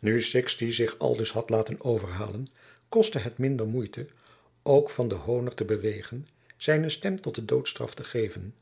nu sixti zich aldus had laten overhalen kostte het minder moeite ook van den honert te bewegen zijne stem tot de doodstraf te geven